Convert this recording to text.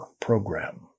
program